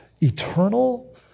eternal